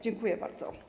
Dziękuję bardzo.